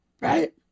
right